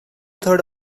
thirds